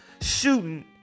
shooting